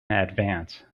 advance